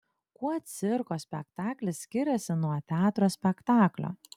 kuo cirko spektaklis skiriasi nuo teatro spektaklio